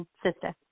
sister